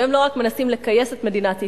והם לא רק מנסים לכייס את מדינת ישראל,